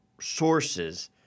sources